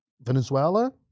Venezuela